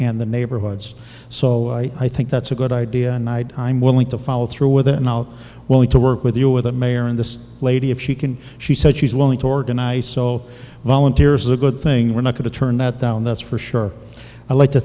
and the neighborhoods so i think that's a good idea and i'd i'm willing to follow through with it now willing to work with you with the mayor and this lady if she can she said she's willing toward deny so volunteers a good thing we're not going to turn that down that's for sure i like to